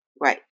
Right